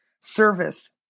service